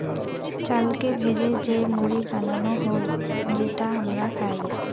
চালকে ভেজে যে মুড়ি বানানো হউ যেটা হামরা খাই